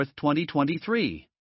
2023